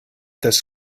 this